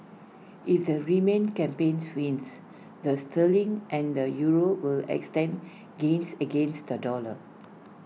if the remain campaigns wins the sterling and the euro will extend gains against the dollar